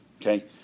Okay